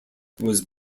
was